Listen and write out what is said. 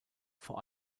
vor